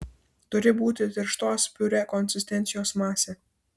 turi būti tirštos piurė konsistencijos masė